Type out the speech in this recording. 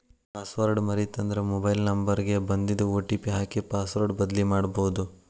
password ಮರೇತಂದ್ರ mobile number ಗ ಬನ್ದಿದ್ ಒ.ಟಿ.ಪಿ ಹಾಕಿ ಪಾಸ್ವರ್ಡ್ ಬದ್ಲಿಮಾಡ್ಬೊದು